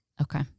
Okay